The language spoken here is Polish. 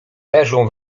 leżą